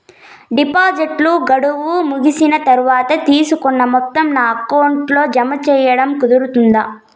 డిపాజిట్లు గడువు ముగిసిన తర్వాత, తీసుకున్న మొత్తం నా అకౌంట్ లో జామ సేయడం కుదురుతుందా?